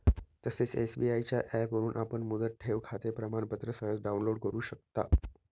तसेच एस.बी.आय च्या ऍपवरून आपण मुदत ठेवखाते प्रमाणपत्र सहज डाउनलोड करु शकता